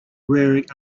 rearing